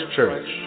Church